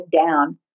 down